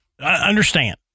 understand